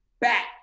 back